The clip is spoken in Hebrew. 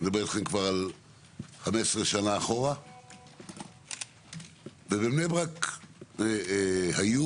לפני כ-15 שנה, ובבני ברק היו